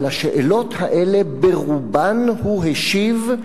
על השאלות האלה, ברובן, הוא השיב: